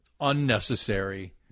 Unnecessary